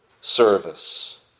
service